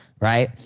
right